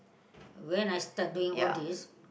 when I start doing all this